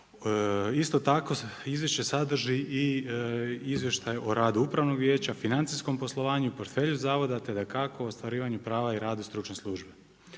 Isto tako izvješće sadrži i izvještaj o radu upravnog vijeća, financijskom poslovanju, portfelju zavoda, te dakako u ostvarivanju prava i rada stručne službe.